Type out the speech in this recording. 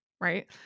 Right